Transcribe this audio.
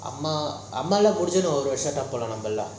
மலம் முடிச்சபிறோம் நம்மள ஒண்ணா போலாம்:ammalam mudichaprom nammalam onna polam